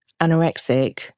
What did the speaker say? anorexic